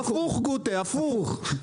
הפוך גוטה, הפוך.